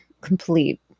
complete